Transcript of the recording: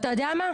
ואתה יודע מה?